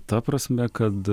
ta prasme kad